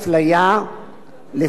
ולפיה "הפליה,